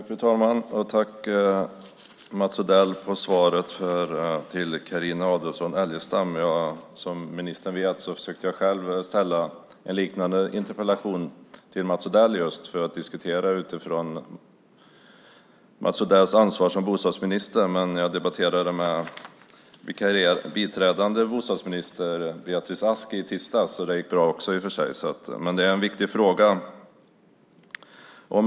Fru talman! Jag tackar Mats Odell för svaret till Carina Adolfsson Elgestam. Det är en viktig fråga. Som Mats Odell vet försökte jag själv ställa en liknande interpellation till honom för att diskutera hans ansvar som bostadsminister, men jag debatterade med biträdande bostadsminister Beatrice Ask i tisdags i stället och det gick också bra.